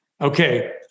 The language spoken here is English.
Okay